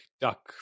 duck